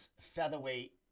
featherweight